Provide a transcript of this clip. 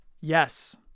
Yes